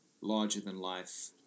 larger-than-life